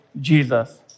Jesus